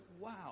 wow